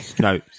No